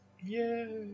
Yay